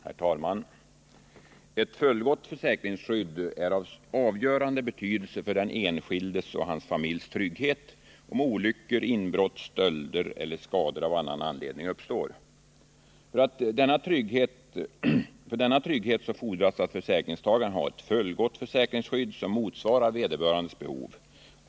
Herr talman! Ett fullgott försäkringsskydd är av avgörande betydelse för ringslag den enskildes och hans familjs trygghet om olyckor, inbrott, stölder eller skador av annan anledning uppstår. För denna trygghet fordras att försäkringstagaren har ett försäkringsskydd som motsvarar vederbörandes behov.